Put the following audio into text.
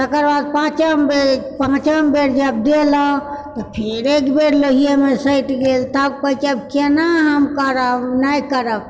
तकर बाद पाँचम बेर पाँचम बेर जे आब देलहुँ तऽ फेर एक बेर लोहिएमे सटि गेल तब कहैत छिऐ केना हम करब नहि करब